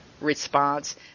response